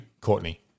Courtney